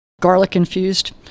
garlic-infused